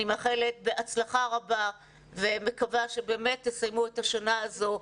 אני מאחלת בהצלחה רבה ומקווה שבאמת תסיימו את השנה הזו,